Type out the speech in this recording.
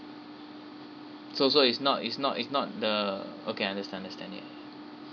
so so it's not it's not it's not the okay understand understand ya ya ya